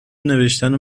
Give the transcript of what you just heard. نوشتنو